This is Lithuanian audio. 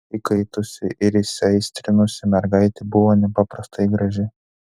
įkaitusi ir įsiaistrinusi mergaitė buvo nepaprastai graži